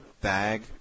bag